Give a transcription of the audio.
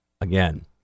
again